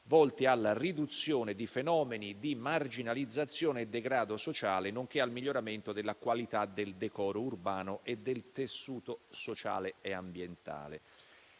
volti alla riduzione di fenomeni di marginalizzazione e degrado sociale nonché al miglioramento della qualità del decoro urbano e del tessuto sociale e ambientale.